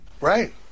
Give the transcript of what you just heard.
Right